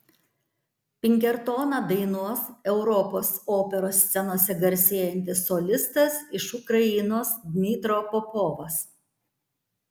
pinkertoną dainuos europos operos scenose garsėjantis solistas iš ukrainos dmytro popovas